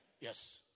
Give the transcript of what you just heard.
Yes